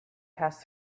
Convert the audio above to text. passed